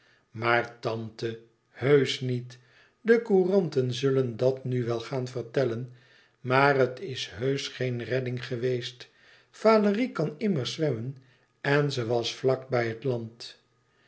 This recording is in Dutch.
maar tante heusch niet de couranten zullen dat nu wel gaan vertellen maar het is heusch geen redding geweest valérie kan immers zwemmen en ze was vlak bij het land